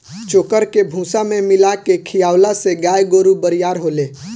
चोकर के भूसा में मिला के खिआवला से गाय गोरु बरियार होले